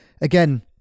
again